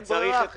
אין ברירה אחרת.